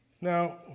Now